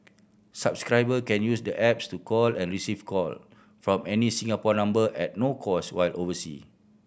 subscriber can use the apps to call and receive call from any Singapore number at no cost while oversea